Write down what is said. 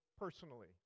Personally